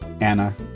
Anna